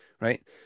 right